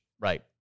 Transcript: Right